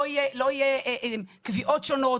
לא יהיו קביעות שונות,